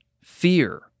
fear